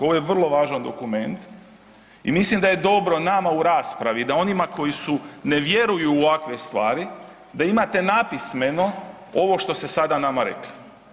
Ovo je vrlo važan dokument i mislim da je dobro nama u raspravi da onima koji su, ne vjeruju u ovakve stvari, da imate napismeno ovo što ste sada nama rekli.